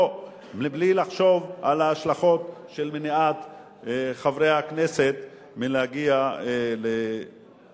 לא מבלי לחשוב על ההשלכות של מניעת חברי הכנסת מלהגיע לחוקק